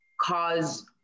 cause